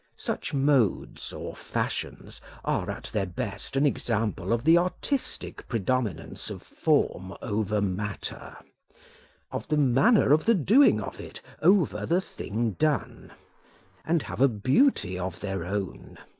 such modes or fashions are, at their best, an example of the artistic predominance of form over matter of the manner of the doing of it over the thing done and have a beauty of their own.